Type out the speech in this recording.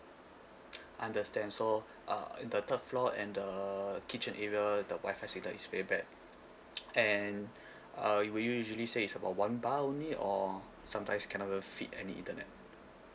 understand so uh the third floor and the uh kitchen area the wifi signal is very bad and uh will you usually say is about one bar only or sometimes cannot even fit any internet